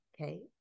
Okay